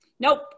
Nope